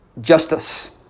justice